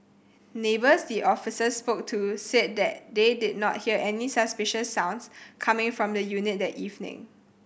neighbours the officers spoke to said that they did not hear any suspicious sounds coming from the unit that evening